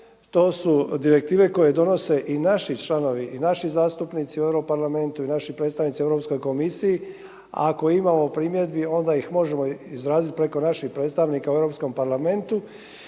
to su direktive koje donose i naši članovi i naši zastupnici u Europarlamentu i naši predstavnici u Europskoj komisiji. Ako imamo primjedbi onda ih možemo izraziti preko naših predstavnika u Europskom parlamentu